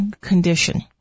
condition